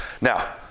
now